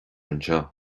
anseo